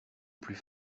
plus